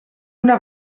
una